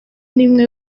n’imwe